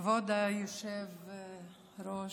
כבוד היושב-ראש,